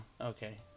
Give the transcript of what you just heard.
okay